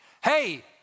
Hey